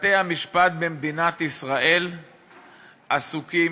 בתי-המשפט במדינת ישראל עסוקים